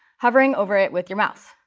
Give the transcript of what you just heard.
hovering over it with your mouse.